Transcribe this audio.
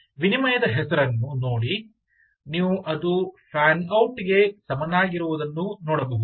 ವಿನಿಮಯದ ಹೆಸರನ್ನು ನೋಡಿ ನೀವು ಅದು ಫ್ಯಾನ್ ಔಟ್ ಗೆ ಸಮನಾಗಿರುವುದನ್ನು ನೋಡಬಹುದು